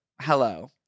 hello